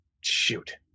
Shoot